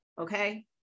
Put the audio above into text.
okay